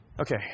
Okay